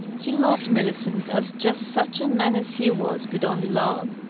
he loved millicent as just such a man as he was could only love.